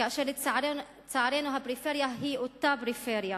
ולצערנו הפריפריה היא אותה פריפריה,